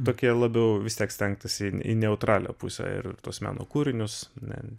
tokie labiau vis tiek stengtasi į neutralią pusę ir ir tuos meno kūrinius ne